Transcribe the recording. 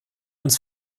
uns